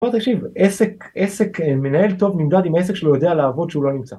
בוא תקשיב עסק עסק מנהל טוב נמדד עם עסק שלו יודע לעבוד שהוא לא נמצא